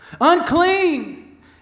unclean